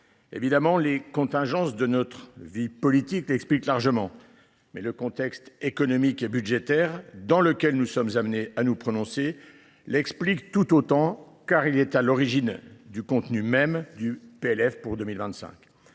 Évidemment, les contingences de notre vie politique l’expliquent largement. Mais le contexte économique et budgétaire dans lequel nous sommes amenés à nous prononcer l’explique tout autant, car il est à l’origine du contenu même du projet